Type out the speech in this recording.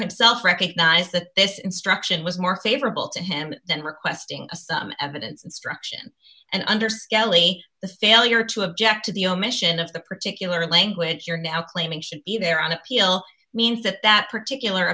himself recognized that this instruction was more favorable to him than requesting a some evidence instruction and i understand only the failure to object to the omission of the particular language you're now claiming should be there on appeal means that that particular